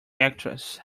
actress